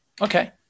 okay